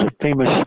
famous